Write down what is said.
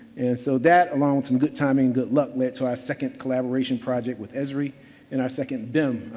and so that along with some good timing, good luck, led to our second collaboration project with esri in our second bim,